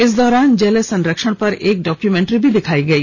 इस दौरान जल संरक्षण पर एक डॉक्यूमेंट्री भी दिखाई गई